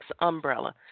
umbrella